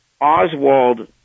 Oswald